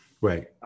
Right